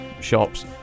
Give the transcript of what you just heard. Shops